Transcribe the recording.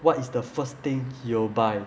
what is the first thing you'll buy